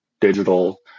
digital